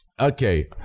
Okay